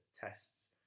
tests